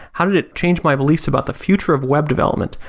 how did it change my beliefs about the future of web development?